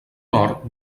nord